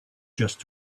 just